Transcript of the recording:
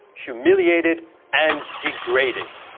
humiliated and degraded.